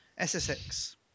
SSX